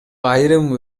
айрым